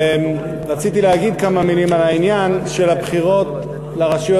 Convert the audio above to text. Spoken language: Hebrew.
ורציתי להגיד כמה מילים על העניין של הבחירות לרשויות